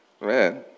Man